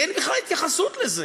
אין בכלל התייחסות לזה.